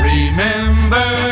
Remember